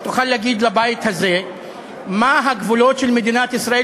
שתוכל להגיד לבית הזה מה הגבולות של מדינת ישראל,